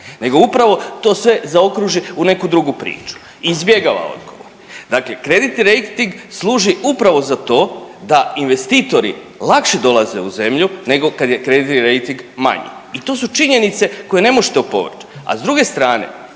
nego upravo to sve zaokruži u neku drugu priču i izbjegava odgovor. Dakle, kreditni rejting služi upravo za to da investitori lakše dolaze u zemlju nego kad je kreditni rejting manji i to su činjenice koje ne mošte opovrć. A s druge strane,